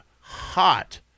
hot